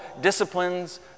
disciplines